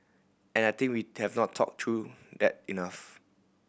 and I think we have not talked through that enough